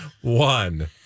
one